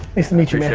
nice to meet you,